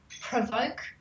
provoke